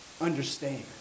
understand